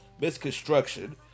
misconstruction